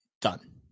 Done